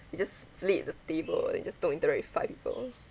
you just split the table you just don't interact with five people